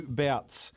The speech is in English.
bouts